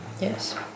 Yes